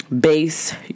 base